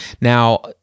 Now